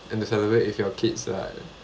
and to celebrate with your kids right